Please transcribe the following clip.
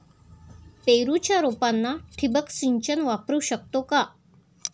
पेरूच्या रोपांना ठिबक सिंचन वापरू शकतो का?